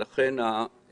ומכאן באה